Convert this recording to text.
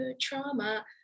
trauma